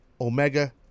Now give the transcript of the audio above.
Omega